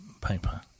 paper